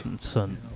Son